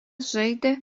žaidė